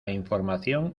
información